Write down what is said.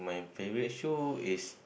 my favorite show is